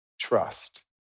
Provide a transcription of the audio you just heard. trust